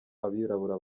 abirabura